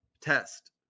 test